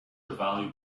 value